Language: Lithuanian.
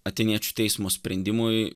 atėniečių teismo sprendimui